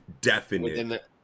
definite